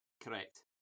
Correct